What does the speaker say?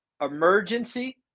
Emergency